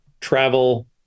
travel